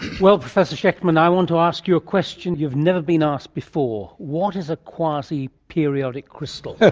well, professor shechtman, i want to ask you a question you've never been asked before what is a quasiperiodic crystal?